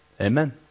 amen